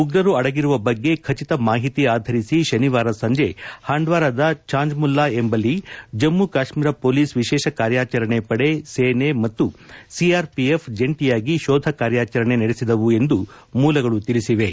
ಉಗ್ರರು ಅಡಗಿರುವ ಬಗ್ಗೆ ಖಚಿತ ಮಾಹಿತಿ ಆಧರಿಸಿ ಶನಿವಾರ ಸಂಜೆ ಹಾಂಡ್ವಾರದ ಚಾಂಜ್ಮುಲ್ಲಾ ಎಂಬಲ್ಲಿ ಜಮ್ನು ಕಾಶ್ೀರ ಪೊಲೀಸ್ ವಿಶೇ ವಿ ಕಾರ್ಯಾಚರಣಾ ಪಡೆ ಸೇನೆ ಮತ್ತು ಸಿಆರ್ಒಎಫ್ ಜಂಟಿಯಾಗಿ ಶೋಧ ಕಾರ್ಯಾಚರಣೆ ನಡೆಸಿದೆ ಎಂದು ಮೂಲಗಳು ತಿಳಿಸಿವೆ